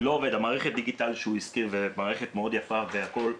מערכת הדיגיטל שהוא הזכיר מאוד יפה והכל,